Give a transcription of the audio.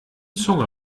zunge